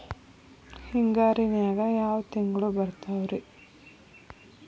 ಹಿಂಗಾರಿನ್ಯಾಗ ಯಾವ ತಿಂಗ್ಳು ಬರ್ತಾವ ರಿ?